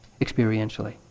experientially